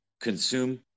consume